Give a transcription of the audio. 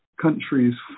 countries